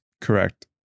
Correct